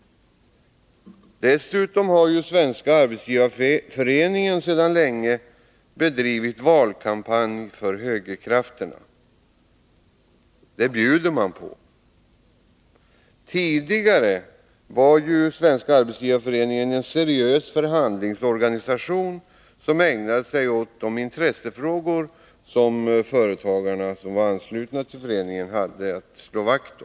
Dessutom har SAF sedan länge bedrivit valkampanj för högerkrafterna. Det bjuder man på. SAF var tidigare en seriös förhandlingsorganisation som ägnade sig åt att slå vakt om de anslutna företagarnas intressefrågor.